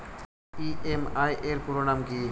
EMI এর পুরোনাম কী?